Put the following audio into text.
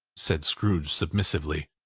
said scrooge submissively,